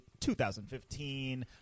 2015